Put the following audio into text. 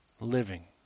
living